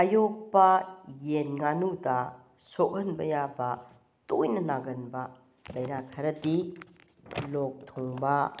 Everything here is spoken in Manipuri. ꯑꯌꯣꯛꯄ ꯌꯦꯟ ꯉꯥꯅꯨꯗ ꯁꯣꯛꯍꯟꯕ ꯌꯥꯕ ꯇꯣꯏꯅ ꯅꯥꯒꯟꯕ ꯂꯥꯏꯅꯥ ꯈꯔꯗꯤ ꯂꯣꯛ ꯊꯨꯡꯕ